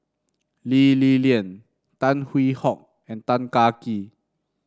Lee Li Lian Tan Hwee Hock and Tan Kah Kee